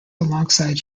alongside